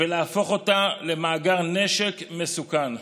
ולהפוך אותה למאגר נשק מסוכן.